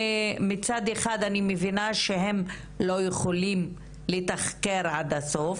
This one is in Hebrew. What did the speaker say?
מצד אחד אני מבינה שהם לא יכולים לתחקר עד הסוף,